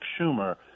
Schumer